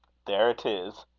there it is!